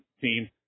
team